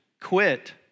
quit